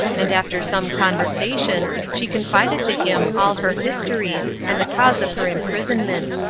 and after some conversation she confided to him all her history and the cause of her imprisonment.